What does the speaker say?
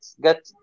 get